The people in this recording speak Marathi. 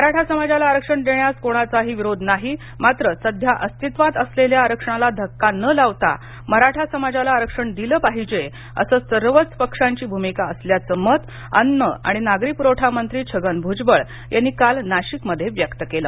मराठा समाजाला आरक्षण देण्यास कोणाचाही विरोध नाही मात्र सध्या अस्तित्वात असलेल्या आरक्षणाला धक्का न लावता मराठा समाजाला आरक्षण दिल पाहिजे अशी सर्वच पक्षांची भूमिका असल्याचं मत अन्न आणि नागरी पुरवठा मंत्री छगन भुजबळ यांनी काल नाशिकमध्ये व्यक्त केलं